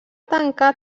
tancar